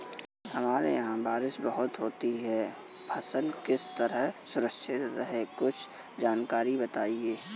हमारे यहाँ बारिश बहुत होती है फसल किस तरह सुरक्षित रहे कुछ जानकारी बताएं?